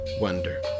wonder